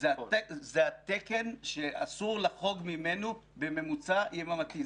זה התקן שאסור לחרוג ממנו בממוצע יממתי.